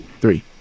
three